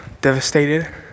devastated